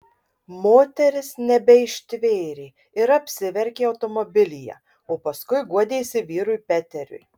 moteris nebeištvėrė ir apsiverkė automobilyje o paskui guodėsi vyrui peteriui